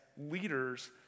leaders